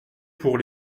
pour